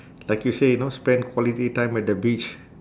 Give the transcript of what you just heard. like you say know spend quality time at the beach